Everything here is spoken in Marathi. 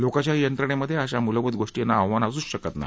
लोकशाही यंत्रणेमधे अशा मूलभूत गोष्टींना आव्हान असूच शकत नाही